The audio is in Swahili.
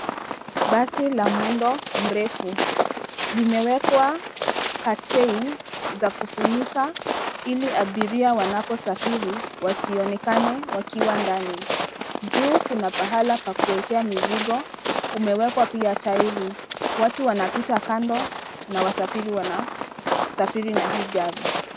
Basi la mwendo mrefu. Limewekwa curtain za kufunika ili abiria wanaposafiri wasionekane wakiwa ndani. Juu kuna pahala pa kuekea mizigo, kumewekwa pia tairi. Watu wanapita kando na wasafiri wanasafiri na hii gari.